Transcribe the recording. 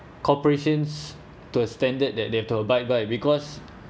corporations to a standard that they they abide by because